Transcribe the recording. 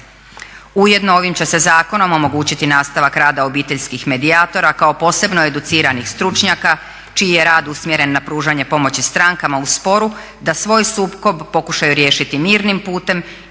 Ujedno ovim će se zakonom omogućiti nastavak rada obiteljskih medijatora kao posebno educiranih stručnjaka čiji je rad usmjeren na pružanje pomoći strankama u sporu da svoj sukob pokušaju riješiti mirnim putem